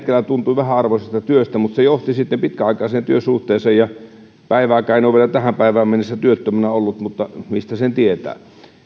vähäarvoisesta työstä mutta se johti sitten pitkäaikaiseen työsuhteeseen ja päivääkään en ole vielä tähän päivään mennessä työttömänä ollut mutta mistä sen tietää